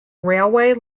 railway